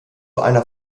einer